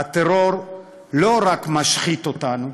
הטרור לא רק משחית אותנו,